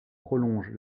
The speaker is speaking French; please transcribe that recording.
prolonge